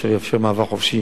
אשר יאפשר מעבר חופשי